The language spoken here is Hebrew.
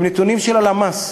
הם נתונים של הלמ"ס.